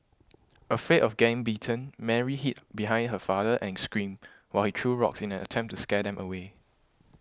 afraid of getting bitten Mary hid behind her father and screamed while he threw rocks in an attempt to scare them away